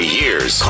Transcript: years